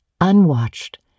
unwatched